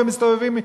ומסתובבים,